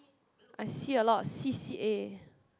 I see a lot of C_C_A